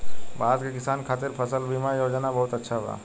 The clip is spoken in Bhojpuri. भारत के किसान खातिर फसल बीमा योजना बहुत अच्छा बा